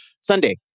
Sunday